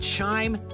Chime